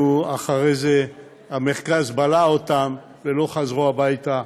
אחרי זה המרכז בלע אותם ולא חזרו הביתה.